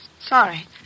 Sorry